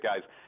guys